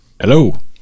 Hello